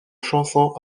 chansons